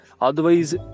Otherwise